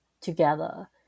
together